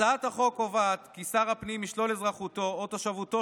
הצעת החוק קובעת כי שר הפנים ישלול את אזרחותו או תושבותו